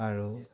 আৰু